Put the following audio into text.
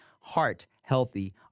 heart-healthy